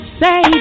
say